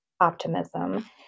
optimism